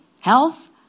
health